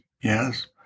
Yes